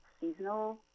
seasonal